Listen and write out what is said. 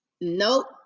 Nope